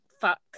Fuck